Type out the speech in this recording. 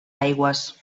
aigües